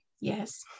yes